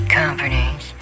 companies